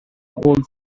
old